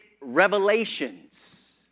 revelations